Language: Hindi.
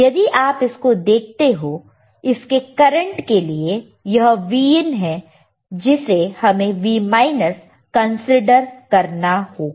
यदि आप इसको देखते हो इसके करंट के लिए यह Vin है जिसे हमें V कंसीडर करना होगा